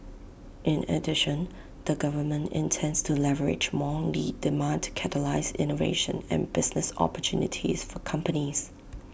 in addition the government intends to leverage more lead demand to catalyse innovation and business opportunities for companies